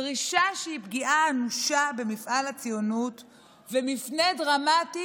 דרישה שהיא פגיעה אנושה במפעל הציונות ומפנה דרמטי